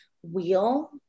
wheel